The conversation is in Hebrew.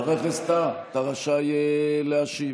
חבר הכנסת טאהא, אתה רשאי להשיב.